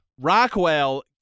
rockwell